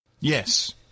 Yes